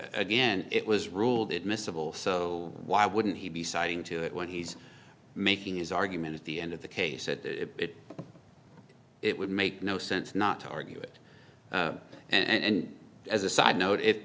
again it was ruled admissible so why wouldn't he be citing to it when he's making his argument at the end of the case that it would make no sense not to argue it and as a side note it